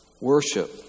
worship